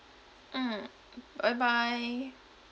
mm bye bye